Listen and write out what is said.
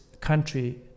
country